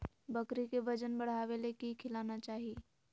बकरी के वजन बढ़ावे ले की खिलाना चाही?